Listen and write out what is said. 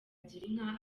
girinka